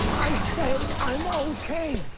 i said i'm okay.